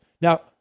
Now